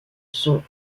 sont